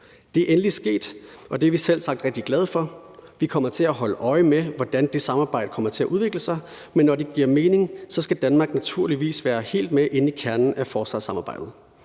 Det er endelig sket, og det er vi selvsagt rigtig glade for. Vi kommer til at holde øje med, hvordan det samarbejde kommer til at udvikle sig. Men når det giver mening, skal Danmark naturligvis være med helt inde i kernen af forsvarssamarbejdet.